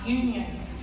unions